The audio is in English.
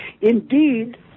Indeed